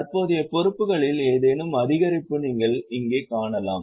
தற்போதைய பொறுப்புகளில் ஏதேனும் அதிகரிப்பு நீங்கள் இங்கே காணலாம்